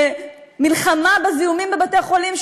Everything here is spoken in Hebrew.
למלחמה בזיהומים בבתי-חולים,